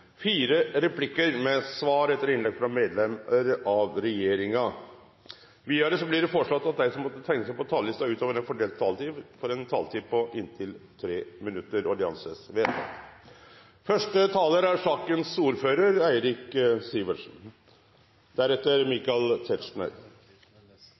fire replikker med svar etter innlegg fra medlem av regjeringen innenfor den fordelte taletid. Videre blir det foreslått at de som måtte tegne seg på talerlisten utover den fordelte taletid, får en taletid på inntil 3 minutter. – Det anses vedtatt. Den store innbyggerundersøkelsen viser at 96 pst. av innbyggerne er